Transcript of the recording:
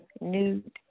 nude